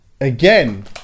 again